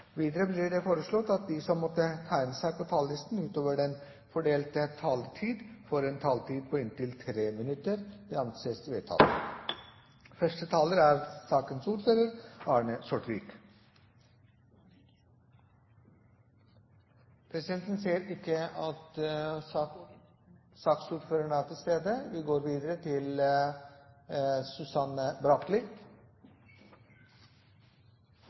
Videre blir det foreslått at de som måtte tegne seg på talerlisten utover den fordelte taletid, får en taletid på inntil 3 minutter. – Det anses vedtatt. Første taler er sakens ordfører, Arne Sortevik. Presidenten kan ikke se at saksordføreren er til stede, og vi går videre til neste taler, Susanne Bratli.